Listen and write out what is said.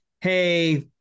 hey